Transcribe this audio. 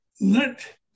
let